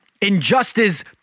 Injustice